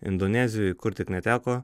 indonezijoj kur tik neteko